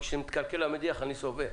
וכשהולך המדיח אני סובל.